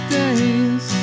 days